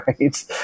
right